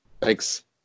Thanks